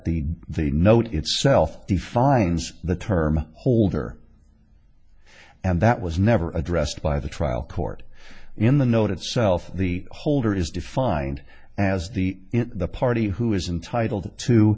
the the no itself defines the term holder and that was never addressed by the trial court in the note itself the holder is defined as the party who is intitled to